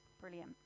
Brilliant